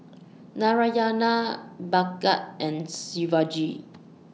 Narayana Bhagat and Shivaji